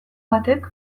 batek